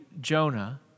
Jonah